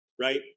right